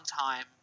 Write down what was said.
time